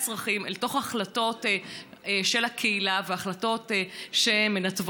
גם בזכות החוק שלנו לתמרץ מפלגות שממקמות